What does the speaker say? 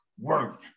work